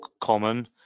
common